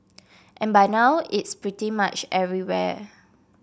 and by now it's pretty much everywhere